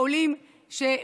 של עולים שבאמת,